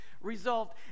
resolved